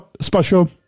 special